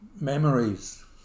memories